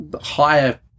higher